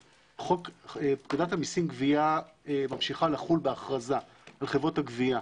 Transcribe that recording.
פקודת המיסים גבייה ממשיכה לחול בהכרזה בחברות הגבייה,